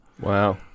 Wow